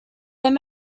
there